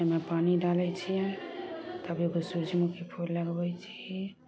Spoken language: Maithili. ओइमे पानि डालय छियै तब एगो सूरजमुखी फूल लगबय छी